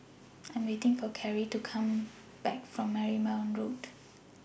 I Am waiting For Carey to Come Back from Marymount Road